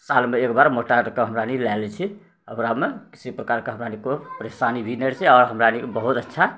सालमे एकबेर मोटामोटी हमराअनी लऽ लै छी ओकरामे किसी प्रकारके हमराअनी कोइ परेशानी भी नहि रहै छै आओर हमराअनीके बहुत अच्छा